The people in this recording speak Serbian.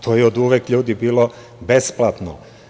To je oduvek, ljudi, bilo besplatno.